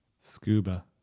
Scuba